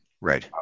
Right